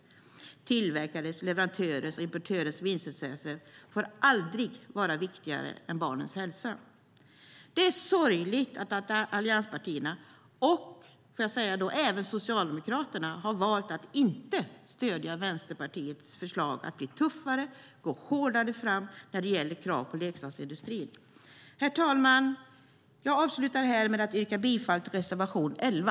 Tillverkares, leverantörers och importörers vinstintressen får aldrig vara viktigare än barnens hälsa. Det är sorgligt att allianspartierna och även Socialdemokraterna valt att inte stödja Vänsterpartiets förslag att bli tuffare och gå hårdare fram när det gäller krav på leksaksindustrin. Herr talman! Avslutningsvis yrkar jag bifall till reservation 11.